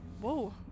Whoa